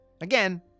Again